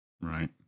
Right